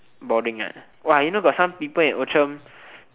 boring ah !wah! you know got some people in Outram